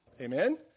Amen